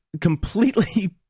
completely